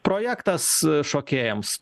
projektas šokėjams